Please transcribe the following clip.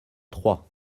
trois